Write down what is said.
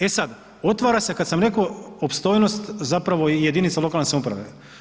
E sad, otvara se, kad sam rekao opstojnost zapravo i jedinica lokalne samouprave.